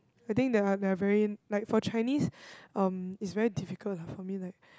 I think they are they are very like for Chinese um it's very difficult lah for me like